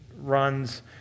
runs